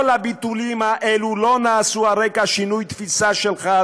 כל הביטולים האלה לא נעשו על רקע שינוי תפיסה שלך,